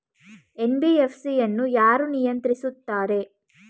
NBFC ಅನ್ನು ಯಾರು ನಿಯಂತ್ರಿಸುತ್ತಾರೆ?